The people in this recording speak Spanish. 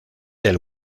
del